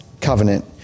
covenant